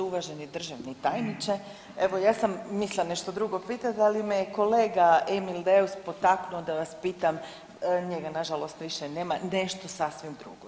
Uvaženi državni tajniče, evo, ja sam mislila nešto drugo pitati, ali me je kolega Emil Deus potaknuo da vas pitam, njega nažalost više nema, nešto sasvim drugo.